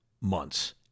months